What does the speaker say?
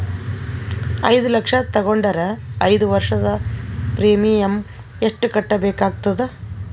ಐದು ಲಕ್ಷ ತಗೊಂಡರ ಐದು ವರ್ಷದ ಪ್ರೀಮಿಯಂ ಎಷ್ಟು ಕಟ್ಟಬೇಕಾಗತದ?